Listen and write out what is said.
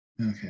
Okay